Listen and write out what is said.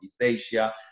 Asia